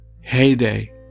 heyday